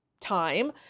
time